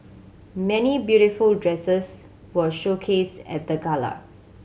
many beautiful dresses were showcased at the gala